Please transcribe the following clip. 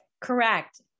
Correct